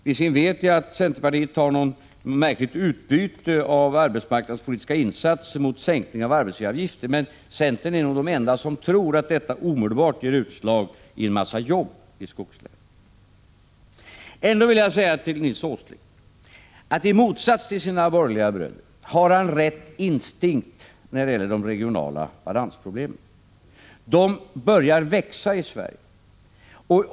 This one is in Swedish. Visserligen vet jag att centern vill ha ett märkligt utbyte av arbetsmarknadspolitiska insatser mot en sänkning av arbetsgivaravgifterna, men centern är nog det enda parti som tror att detta omedelbart skulle ge utslag i en massa jobb i skogslänen. Jag vill ändå säga till Nils Åsling att han i motsats till sina borgerliga bröder har rätt instinkt när det gäller de regionala balansproblemen. De börjar växa i Sverige.